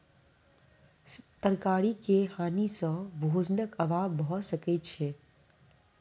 तरकारी के हानि सॅ भोजनक अभाव भअ सकै छै